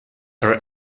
her